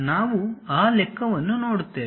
ನಾವು ಆ ಲೆಕ್ಕವನ್ನು ನೋಡುತ್ತೇವೆ